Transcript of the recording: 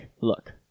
look